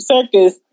circus